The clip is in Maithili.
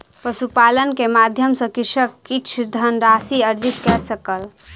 पशुपालन के माध्यम सॅ कृषक किछ धनराशि अर्जित कय सकल